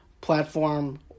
platform